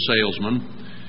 salesman